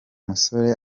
musore